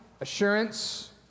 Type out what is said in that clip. assurance